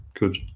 Good